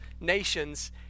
nations